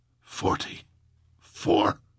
Forty-four